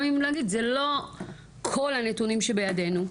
גם אם להגיד זה לא כל הנתונים שבידנו,